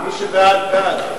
מי שבעד, בעד.